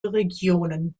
regionen